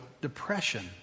depression